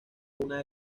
una